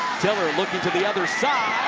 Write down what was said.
tiller looking to the other side.